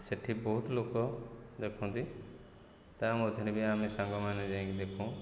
ସେଠି ବହୁତ ଲୋକ ଦେଖନ୍ତି ତା ମଧ୍ୟରେ ବି ଆମେ ସାଙ୍ଗମାନେ ଯାଇକି ଦେଖୁ